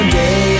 day